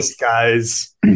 guys